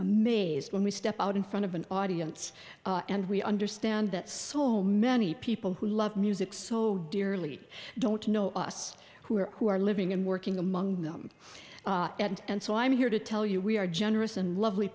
amazed when we step out in front of an audience and we understand that so many people who love music so dearly don't know us who are who are living and working among them and so i'm here to tell you we are generous and lovely